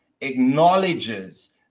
acknowledges